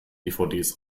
dvds